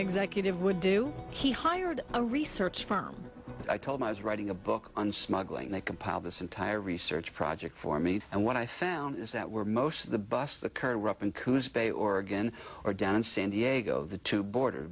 executive would do he hired a research firm i told my was writing a book on smuggling they compiled this entire research project for me and what i found is that where most of the bus the courage and coos bay oregon are down in san diego the two border